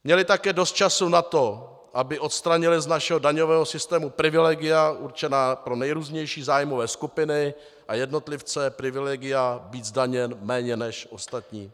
Měly také dost času na to, aby odstranily z našeho daňového systému privilegia určená pro nejrůznější zájmové skupiny a jednotlivce, privilegia být zdaněn méně než ostatní.